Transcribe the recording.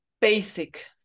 basic